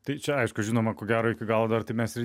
tai čia aišku žinoma ko gero iki galo dar tai mes ir